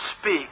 speak